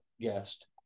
guest